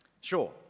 sure